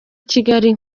kigali